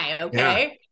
Okay